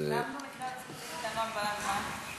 למה אין לו הגבלת זמן במקרה הזה ספציפית?